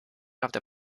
and